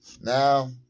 Now